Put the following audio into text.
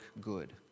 good